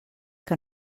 que